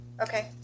Okay